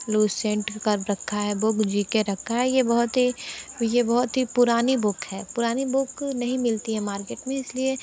Lucent का रखा है बुक जी के रखा है बुक यह बहुत ही यह बहुत ही पुरानी बुक है पुरानी बुक नहीं मिलती है मार्केट में इसलिए